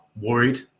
worried